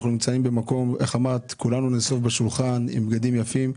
אנחנו נמצאים במקום שבו כמו שאמרת שכולנו נשב בשולחן בבגדים יפים,